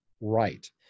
right